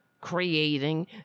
creating